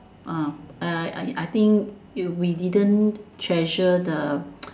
uh I I I think we didn't treasure the